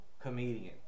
comedian